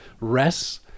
rests